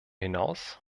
hinaus